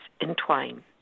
entwine